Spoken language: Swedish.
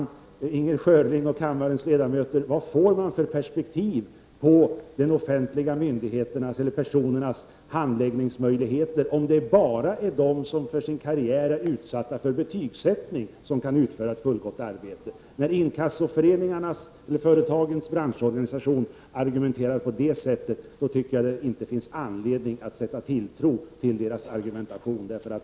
Jag frågar Inger Schörling och kammarens andra ledamöter: Vilka perspektiv får man på de offentliga myndigheternas eller de offentliga personernas handläggningsmöjligheter, om det bara är de som för sin karriär är föremål för betygssättning som kan utföra ett fullgott arbete? När inkassoföretagens branschorganisation argumenterar på detta sätt finns det inte anledning att sätta tilltro till deras argumentation.